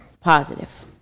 Positive